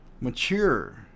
mature